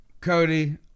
Cody